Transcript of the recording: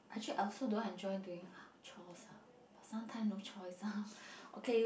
actually I also don't enjoy doing house chores ah but sometimes no choice ah